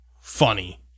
funny